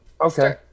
Okay